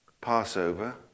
Passover